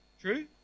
True